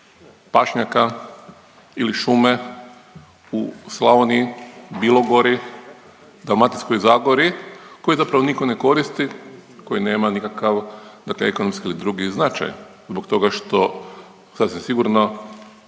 pašnjaka ili šume u Slavoniji, Bilogori, Dalmatinskoj zagori koji zapravo nitko ne koristi, koji nema nikakav dakle ekonomski ili drugi značaj? Zbog toga što sasvim sigurno